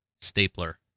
stapler